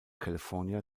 california